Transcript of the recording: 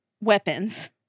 weapons